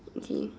okay